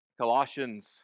Colossians